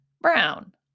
Brown